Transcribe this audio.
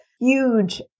huge